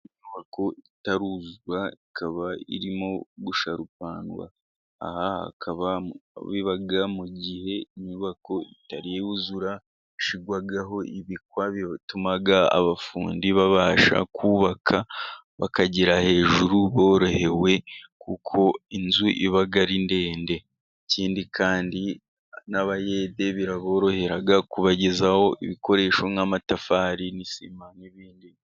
Inyubako itaruzura ikaba irimo gusharupandwa. Aha bikaba biba mu gihe inyubako itari yuzura, ishyirwaho ibikwa bituma abafundi babasha kubaka; bakagera hejuru borohewe kuko inzu iba ari ndende. Ikindi kandi n'abayede biraborohera kubagezaho ibikoresho nk'amatafari n'isima n'ibindi.